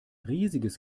riesiges